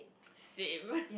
same